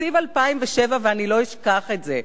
בתקציב 2007, ואני לא אשכח את זה,